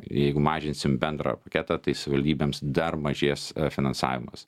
jeigu mažinsim bendrą paketą tai savivaldybėms dar mažės finansavimas